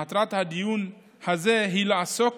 מטרת הדיון הזה היא לעסוק